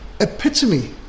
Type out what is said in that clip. epitome